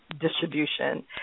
distribution